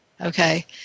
Okay